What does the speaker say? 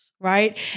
right